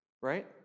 Right